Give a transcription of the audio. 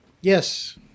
Yes